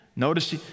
Notice